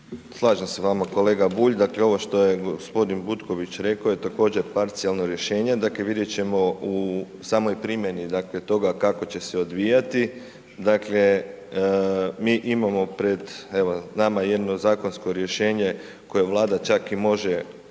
Slažem se s vama kolega Bulj, dakle ovo što je gospodin Butković rekao je također parcijalno rješenje, dakle vidjet ćemo u samoj primjeni, dakle toga kako će se odvijati, dakle mi imamo pred evo nama jedno zakonsko rješenje koje Vlada čak i može uzeti